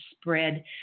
spread